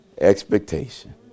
expectation